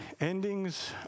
Endings